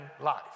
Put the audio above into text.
life